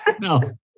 no